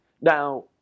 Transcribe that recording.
Now